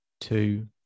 two